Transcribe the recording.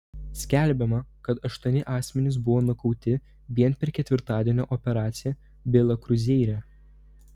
skelbiama kad aštuoni asmenys buvo nukauti vien per ketvirtadienio operaciją vila kruzeire